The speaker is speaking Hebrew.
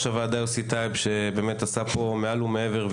הוועדה יוסי טייב שעשה פה מעל ומעבר,